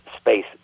space